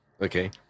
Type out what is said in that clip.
Okay